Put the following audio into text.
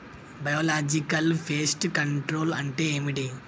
Biological pest control అంటే ఏమిటి?